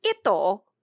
Ito